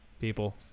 people